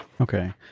Okay